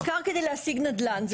העיקר כדי להשיג נדל"ן.